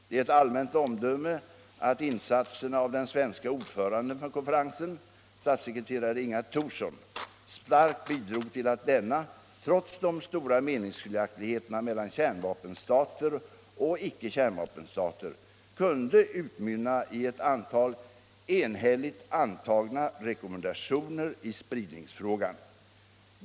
Det är ett allmänt omdöme att insatserna av den svenska ordföranden för konferensen, statssekreterare Inga Thorsson, starkt bidrog till att denna, trots de stora meningsskiljaktigheterna mellan kärnvapenstater och icke-kärnvapenstater, kunde utmynna i ett antal enhälligt antagna rekommendationer i spridningsfrågan.